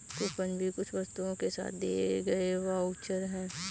coupon भी कुछ वस्तुओं के साथ दिए गए वाउचर है